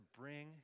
bring